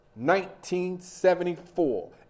1974